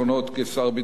ואני אומר לכם,